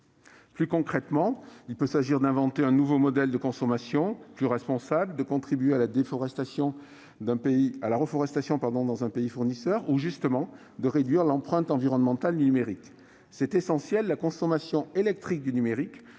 Plus concrètement encore, il peut s'agir d'inventer de nouveaux modèles de consommation plus responsables, ou encore de contribuer à la reforestation d'un pays fournisseur, ou justement de réduire l'empreinte environnementale du numérique. C'est essentiel, la consommation électrique du numérique